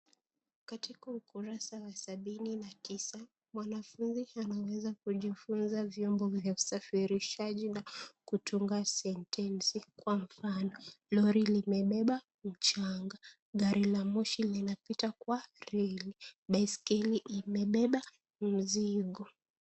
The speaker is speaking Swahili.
Katika ukurasa wa sabini na Tisa, mwanafunzi anaweza kujifunza vyombo vya usafirishaji na kutunga sentensi kwa mfano. Lori limebeba mchanga. Gari la moshi linapita kwa reli. Baiskeli imebeba mzigo.